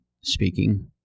speaking